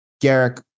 Garrett